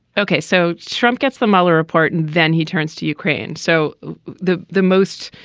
ok. so trump gets the mueller report and then he turns to ukraine. so the the most